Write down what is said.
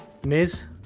Niz